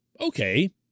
Okay